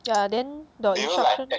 yeah then the instruction